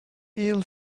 ill